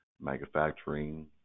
manufacturing